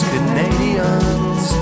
Canadians